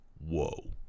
Whoa